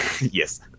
Yes